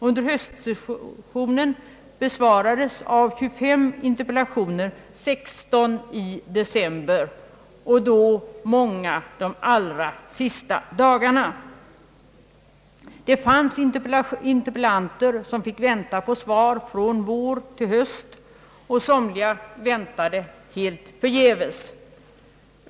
Under höstsessionen besvarades 25 interpellationer, varav 16 i december och då många de allra sista dagarna. Det fanns interpellanter som fick vänta på svar från vår till höst. Somliga väntade helt förgäves.